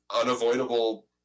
unavoidable